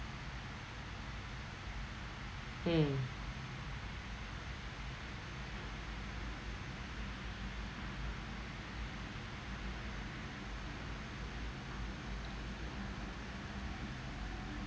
mm